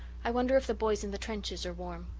i wonder if the boys in the trenches are warm.